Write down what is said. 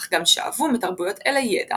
אך גם שאבו מתרבויות אלה ידע